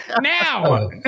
Now